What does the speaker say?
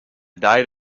diet